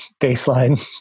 baseline